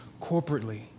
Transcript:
corporately